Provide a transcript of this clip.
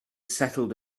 settled